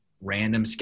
random